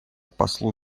послу